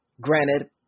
Granted